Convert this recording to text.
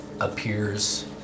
appears